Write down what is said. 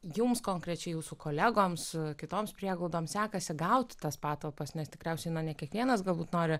jums konkrečiai jūsų kolegoms kitoms prieglaudoms sekasi gauti tas patalpas nes tikriausiai ne kiekvienas galbūt nori